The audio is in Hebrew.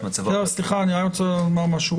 מצבו הכלכלי" --- אני רוצה לומר משהו.